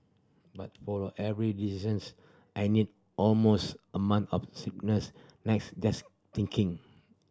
but for every decisions I need almost a month of sleepless nights just thinking